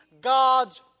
God's